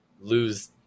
lose